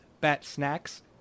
bat-snacks